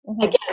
Again